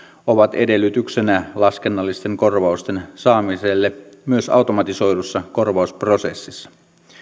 ovat edellytyksenä laskennallisten korvausten saamiselle myös automatisoidussa korvausprosessissa